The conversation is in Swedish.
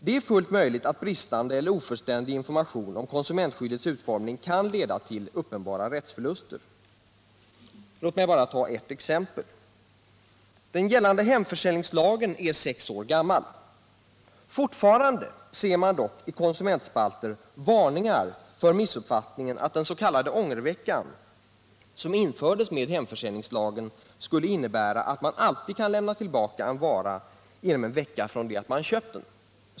Det är fullt möjligt att bristande eller ofullständig information om konsumentskyddets utformning kan leda till uppenbara rättsförluster. Låt mig bara ge ett exempel. Den gällande hemförsäljningslagen är sex år gammal. Fortfarande ser man dock i konsumentspalter varningar för missuppfattningen att den s.k. ångerveckan, som infördes med hemförsäljningslagen, skulle innebära att man alltid kan lämna tillbaka en vara inom en vecka från det man har köpt den.